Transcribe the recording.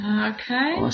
Okay